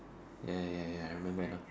ya ya ya I remember